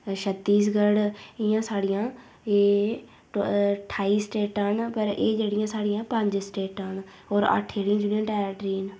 छत्तीसगढ़ इयां साढ़ियां एह् ठाई स्टेटां न पर एह् जेह्ड़ियां साढ़ियां पंज स्टेटां न होर अट्ठ जेह्ड़ियां यूनियन टेरिटरी न